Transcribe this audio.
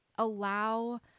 Allow